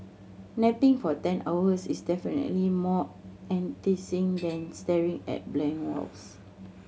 napping for ten hours is definitely more enticing than staring at blank walls